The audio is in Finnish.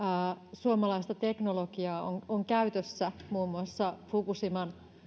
suomalaista teknologiaa on on käytössä muun muassa fukushiman